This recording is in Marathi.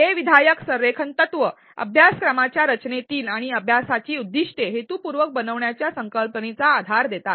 हे विधायक संरेखन तत्त्व अभ्यासक्रमाचा रचनेतील आणि अभ्यासाची उद्दिष्टे हेतुपूर्वक बनवण्याच्या संकल्पनेला आधार देतात